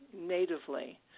natively